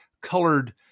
colored